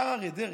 השר אריה דרעי,